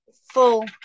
full